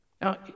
Now